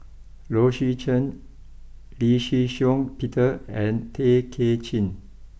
Low Swee Chen Lee Shih Shiong Peter and Tay Kay Chin